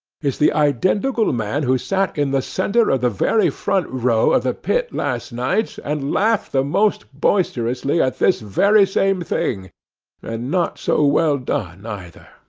is the identical man who sat in the centre of the very front row of the pit last night and laughed the most boisterously at this very same thing and not so well done either.